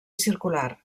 circular